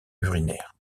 urinaire